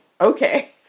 Okay